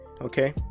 Okay